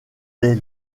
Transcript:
dès